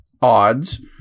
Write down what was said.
odds